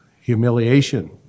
humiliation